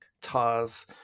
Tars